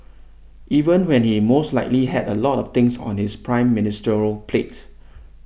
even when he most likely had a lot of things on his Prime Ministerial plate